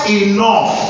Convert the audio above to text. enough